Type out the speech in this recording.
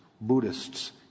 Buddhists